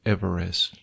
Everest